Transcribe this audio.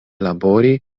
labori